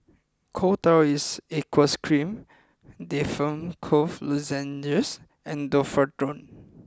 Coal Tar in Aqueous Cream Difflam Cough Lozenges and Domperidone